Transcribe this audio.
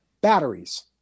batteries